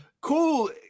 cool